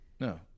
No